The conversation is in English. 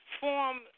form